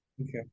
okay